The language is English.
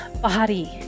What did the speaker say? body